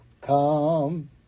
come